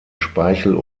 speichel